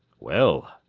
well,